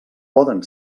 poden